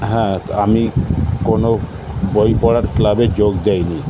হ্যাঁ তো আমি কোনো বই পড়ার ক্লাবে যোগ দিইনি